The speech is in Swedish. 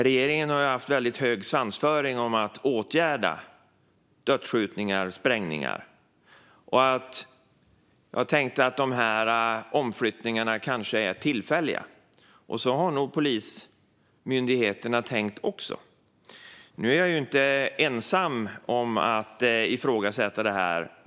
Regeringen har haft väldigt hög svansföring när det gäller att åtgärda dödsskjutningar och sprängningar. Jag tänkte att omflyttningarna kanske är tillfälliga, och så har nog Polismyndigheten också tänkt. Nu är jag inte ensam om att ifrågasätta detta.